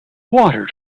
water